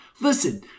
Listen